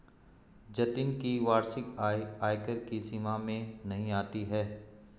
जतिन की वार्षिक आय आयकर की सीमा में नही आती है